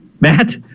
matt